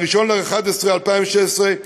ב-1 בנובמבר 2016,